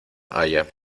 halla